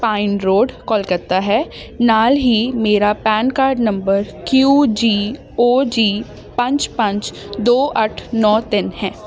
pine road Kolkata ਹੈ ਨਾਲ ਹੀ ਮੇਰਾ PAN card number Q G O G ਪੰਜ ਪੰਜ ਦੋ ਅੱਠ ਨੌ ਤਿੰਨ ਹੈ